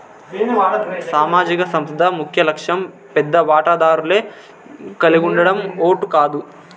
సామాజిక సంస్థ ముఖ్యలక్ష్యం పెద్ద వాటాదారులే కలిగుండడం ఓట్ కాదు